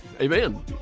Amen